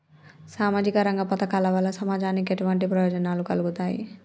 సామాజిక రంగ పథకాల వల్ల సమాజానికి ఎటువంటి ప్రయోజనాలు కలుగుతాయి?